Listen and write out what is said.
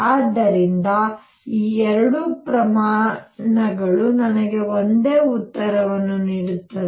ಆದ್ದರಿಂದ ಈ ಎರಡೂ ಪ್ರಮಾಣಗಳು ನನಗೆ ಒಂದೇ ಉತ್ತರವನ್ನು ನೀಡುತ್ತವೆ